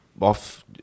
off